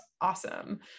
awesome